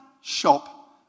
shop